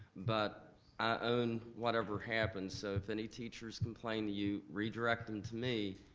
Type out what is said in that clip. but i own whatever happens. so if any teachers complain to you, redirect them to me,